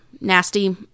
nasty